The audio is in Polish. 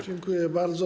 Dziękuję bardzo.